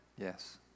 Yes